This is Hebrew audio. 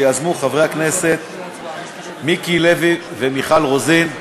שיזמו חברי הכנסת מיקי לוי ומיכל רוזין,